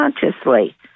consciously